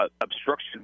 obstruction